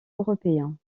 européens